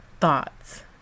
thoughts